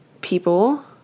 people